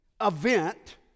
event